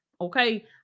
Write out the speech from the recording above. okay